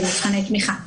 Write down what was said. כמבחני תמיכה.